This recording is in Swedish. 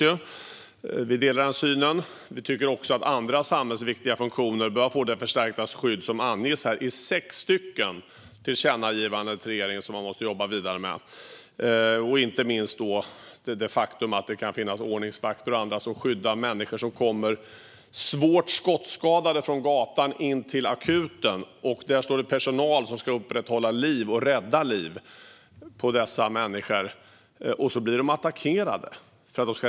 Jag delar den synen, och vi tycker att andra samhällsviktiga funktioner bör få det förstärkta skydd som anges i sex olika tillkännagivanden till regeringen som den måste jobba vidare med. Det gäller inte minst det faktum att det kan finnas ordningsvakter och andra som skyddar människor som kommer svårt skottskadade från gatan in till akuten. Då står personal där som ska upprätthålla och rädda liv på dessa människor, och så blir de attackerade för detta.